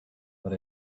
but